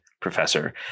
professor